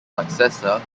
successor